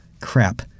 crap